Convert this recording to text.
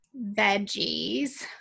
veggies